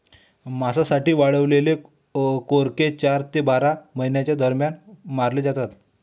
मांसासाठी वाढवलेले कोकरे चार ते बारा महिन्यांच्या दरम्यान मारले जातात